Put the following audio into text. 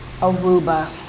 Aruba